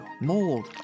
mold